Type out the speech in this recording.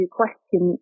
question